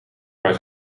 maar